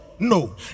no